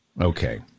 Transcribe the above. Okay